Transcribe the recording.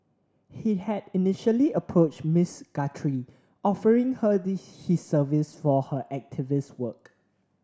he had initially approached Miss Guthrie offering her his services for her activist work